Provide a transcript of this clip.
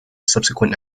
subsequent